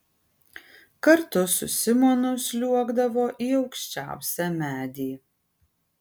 kartu su simonu sliuogdavo į aukščiausią medį